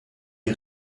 die